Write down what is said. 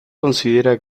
considera